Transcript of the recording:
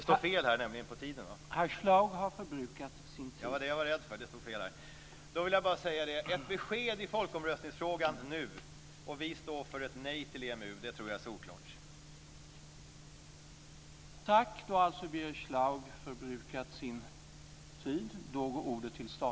Vi står för ett nej till EMU; det tror jag är solklart.